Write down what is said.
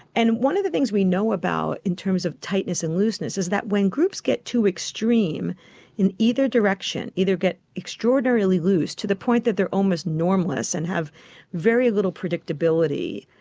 and one of the things we know about in terms of tightness and looseness is that when groups get too extreme in either direction, either get extraordinarily loose to the point that they are almost normless and have very little predictability,